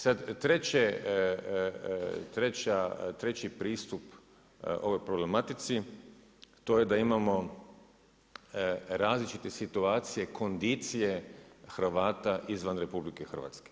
Sada treći pristup ovoj problematici to je da imamo različite situacije kondicije Hrvata izvan RH.